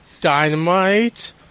dynamite